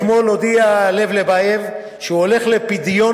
אתמול הודיע לב לבייב שהוא הולך לפדיון